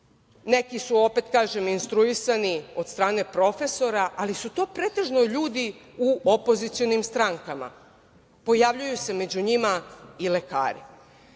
Neki su, opet kažem, instruisani od strane profesora, ali su to pretežno ljudi u opozicionim strankama. Pojavljuju se među njima i lekari.